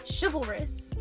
chivalrous